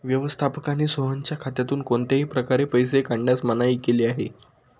व्यवस्थापकाने सोहनच्या खात्यातून कोणत्याही प्रकारे पैसे काढण्यास मनाई केली आहे